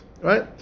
Right